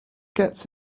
gets